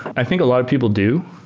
i think a lot of people do.